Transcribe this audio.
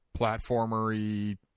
platformery